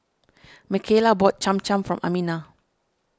Mikaila bought Cham Cham for Amina